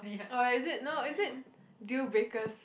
oh is it no is it deal breakers